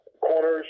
corners